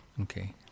Okay